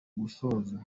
gusohoza